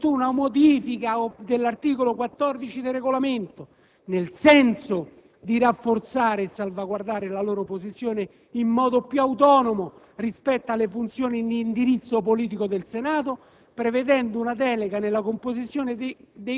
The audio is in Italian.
Credo che sarebbe opportuna una modifica dell'articolo 14 del Regolamento, nel senso di rafforzare e salvaguardare la loro posizione in modo più autonomo rispetto alle funzioni di indirizzo politico del Senato,